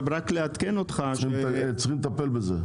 צריך לטפל בזה.